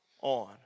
on